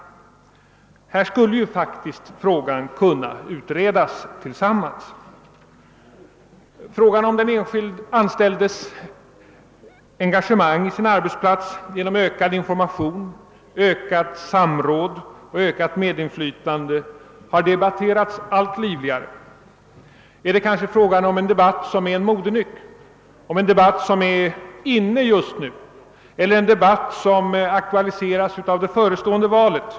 Frågan skulle faktiskt kunna utredas under samverkan. Frågan om den anställdes engagemang i sin arbetsplats genom ökad information, ökat samråd och förstärkt medinflytande har debatterats allt livligare. Är det kanske fråga om en debatt som är en modenyck, något som är inne just nu eller som aktualiseras av det förestående valet?